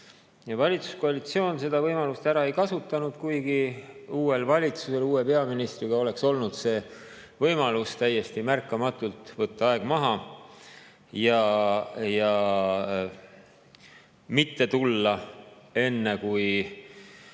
Valitsuskoalitsioon seda võimalust ära ei kasutanud, kuigi uuel valitsusel uue peaministriga oleks olnud võimalus täiesti märkamatult võtta aeg maha ja enne, kui